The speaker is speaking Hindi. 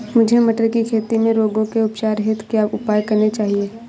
मुझे मटर की खेती में रोगों के उपचार हेतु क्या उपाय करने चाहिए?